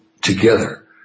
together